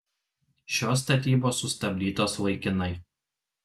šios statybos sustabdytos laikinai